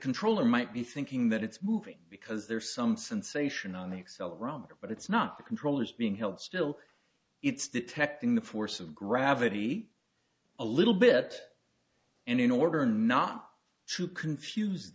controller might be thinking that it's moving because there's some sensation on the accelerometer but it's not the controllers being held still it's detecting the force of gravity a little bit and in order not to confuse